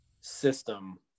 system